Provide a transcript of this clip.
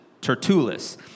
tertullus